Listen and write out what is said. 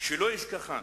שלא ישכחם,